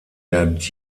der